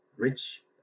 rich